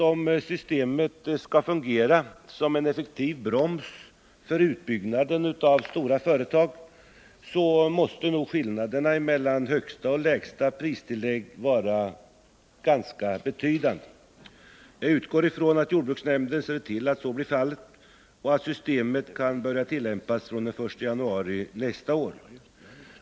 Om systemet skall fungera som en effektiv broms för utbyggnaden av stora företag så måste nog skillnaderna mellan högsta och lägsta pristillägg vara ganska betydande. Jag utgår från att jordbruksnämnden ser till att så blir fallet och att systemet kan börja tillämpas från den 1 januari nästa år.